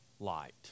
light